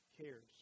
cares